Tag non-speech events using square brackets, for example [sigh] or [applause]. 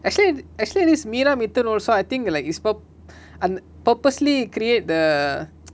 actually actually this meeramithun also I think like is pur~ அந்த:antha purposely create the [noise]